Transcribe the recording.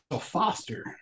foster